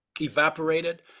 evaporated